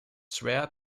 schwer